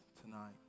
tonight